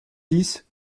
dix